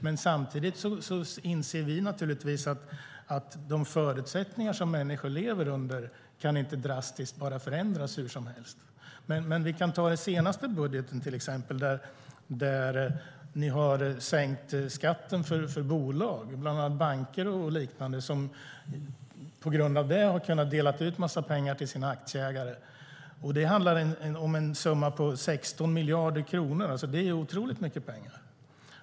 Men samtidigt inser vi naturligtvis att de förutsättningar som människor lever under inte kan förändras drastiskt hur som helst. I den senaste budgeten har ni sänkt skatten för bolag, bland annat banker och liknande, som på grund av det har kunnat dela ut en massa pengar till sina aktieägare. Det handlar om en summa på 16 miljarder kronor, vilket är otroligt mycket pengar.